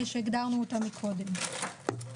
שהגדרנו אותם מקודם.